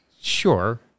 Sure